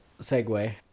segue